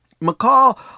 McCall